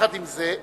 עם זה,